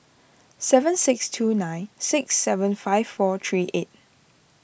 seven six two nine six seven five four three eight